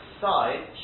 side